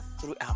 throughout